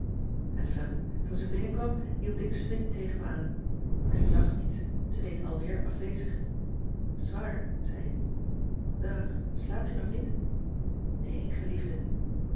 enfin toen ze binnenkwam hield ik smidt tegen me aan maar ze zag niets ze deed alweer afwezig soir zei ik dag slaap je nog niet nee geliefde